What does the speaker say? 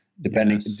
Depending